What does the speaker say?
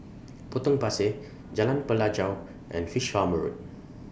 Potong Pasir Jalan Pelajau and Fish Farm Road